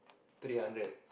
three hundred